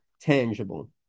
tangible